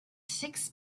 six